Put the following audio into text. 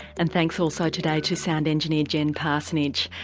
and thanks also today to sound engineer jen parsonage.